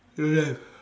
don't have